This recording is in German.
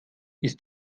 ist